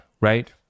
right